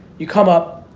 you come up,